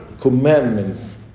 commandments